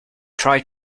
tried